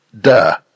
duh